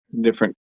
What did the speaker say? different